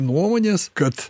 nuomonės kad